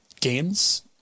games